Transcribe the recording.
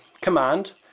command